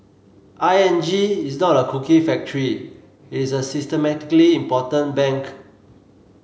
I N G is not a cookie factory it is a systemically important bank